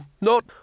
not-